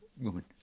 woman